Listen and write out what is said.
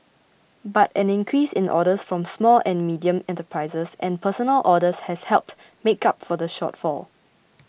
but an increase in orders from small and medium enterprises and personal orders has helped make up for the shortfall